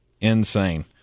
insane